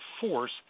force